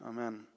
amen